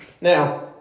Now